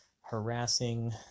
harassing